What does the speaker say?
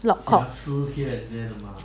block caught